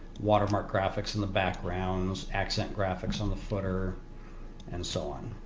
watermark graphics in the backgrounds, accent graphics on the footer and so on.